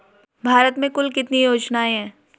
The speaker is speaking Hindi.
भारत में कुल कितनी योजनाएं हैं?